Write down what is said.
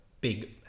big